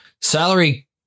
salary